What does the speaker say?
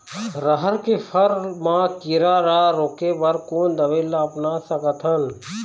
रहर के फर मा किरा रा रोके बर कोन दवई ला अपना सकथन?